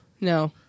No